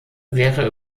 wäre